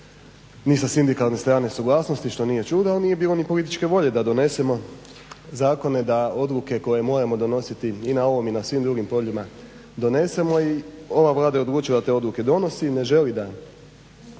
a nije bilo ni političke volje da donesemo zakone, da odluke koje moramo donositi i na ovom i na svim drugim poljima donesemo. I ova Vlada je odlučila da te odluke donosi i ne želi da